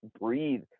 breathe